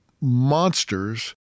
monsters